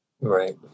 Right